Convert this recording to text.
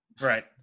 Right